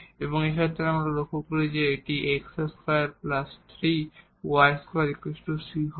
এবং এই ক্ষেত্রে আমরা লক্ষ্য করি যে এটি x2 3y2 c হবে